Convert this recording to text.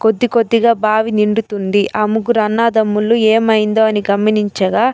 కొద్ది కొద్దిగా బావి నిండుతుంది ఆ ముగ్గురు అన్నదమ్ముళ్లు ఏమైందో అని గమనించగా